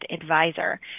advisor